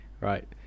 right